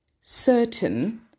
certain